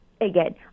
Again